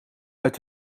uit